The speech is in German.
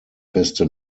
feste